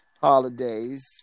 holidays